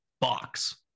box